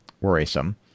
worrisome